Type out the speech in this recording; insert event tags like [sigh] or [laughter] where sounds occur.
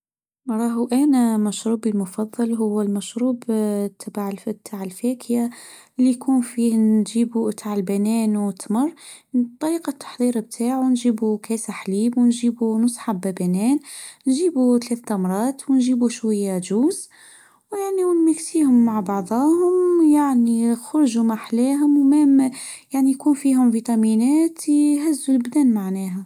راهو أنا مشروبي المفظل: هو المشروب [hesitation] تبع تعالفاكهه إللي يكون فيه نجيبه بتاع البنان وتمر طريقة التحضير بتاعه نجيبو كاس حليب ونجيبو نص حبه بنان و نجيبو ثلاث تمرات ونجيبو شويه جوس يعني ونمكسيهم [laughs] مع بعضهم يعني يخرجوا ما أحلاهم يعني يكون فيهم فيتامينات يهزوا لبنان معناها.